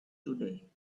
today